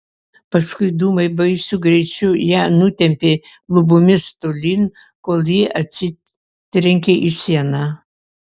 paskui dūmai baisiu greičiu ją nutempė lubomis tolyn kol ji atsitrenkė į sieną